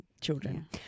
children